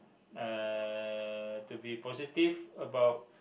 uh to be positive about